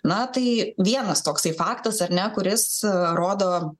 na tai vienas toksai faktas ar ne kuris rodo